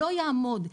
לא יעמוד.